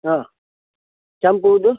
ಹಾಂ ಕೆಂಪು ಹೂವ್ದು